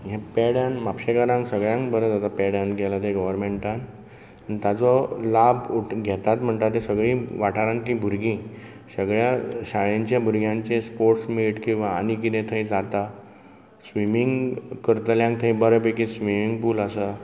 हें पेड्यान म्हापशेकारांक सगल्यांक बरें जाता पेड्यान केलां तें गोवोरमेंटान ताजो लाब घेतात म्हणटात ती सगलीं वाटारांतलीं भुरगीं सगल्या शाळेंच्या भुरग्यांचें स्पोर्ट्स मीट वा आनी कितें थंय जाता स्विमींग करतल्यांक थंय बरे पैकी स्विमींग पूल आसा